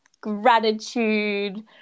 gratitude